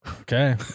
okay